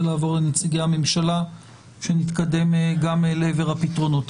לעבור לנציגי הממשלה כדי שנתקדם לעבר הפתרונות.